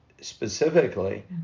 specifically